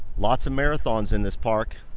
lots of marathons in this park.